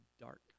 dark